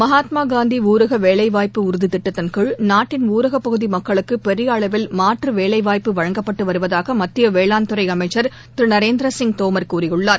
மகாத்மா காந்தி ஊரக வேலைவாய்ப்பு உறுதித் திட்டத்தின்கீழ் நாட்டின் ஊரகப் பகுதி மக்களுக்கு பெரிய அளவில் மாற்று வேலைவாய்ப்பு வழங்கப்பட்டு வருவதாக மத்திய வேளாண்துறை அமைச்சர் திரு நரேந்திரசிங் தோமர் தெரிவித்துள்ளார்